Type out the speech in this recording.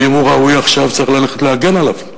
ואם הוא ראוי עכשיו, צריך ללכת להגן עליו.